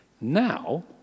Now